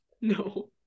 No